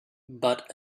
but